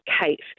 Kate